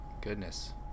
Goodness